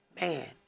man